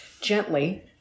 gently